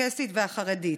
הצ'רקסית והחרדית.